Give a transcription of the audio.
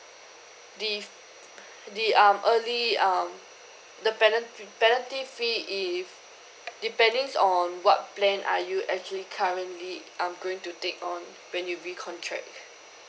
the the um early um the penal~ penalty fee if depending on what plan are you actually currently um going to take on when you re-contract